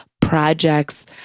projects